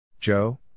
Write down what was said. Joe